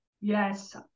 Yes